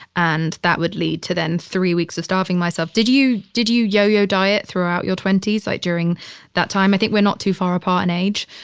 and that would lead to then three weeks of starving myself. did you, did you yo-yo diet throughout your twenty s like during that time? i think we're not too far apart in age.